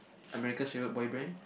America's favourite boy band